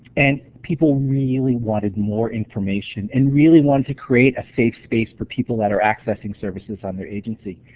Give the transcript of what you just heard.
and people really wanted more information. and really want to create a safe space for people that are accessing services on their agency.